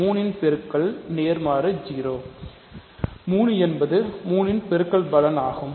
3 இன் பெருக்கல் நேர்மாறு 0 3 என்பது 3 ன் பெருக்குபலன் ஆகும்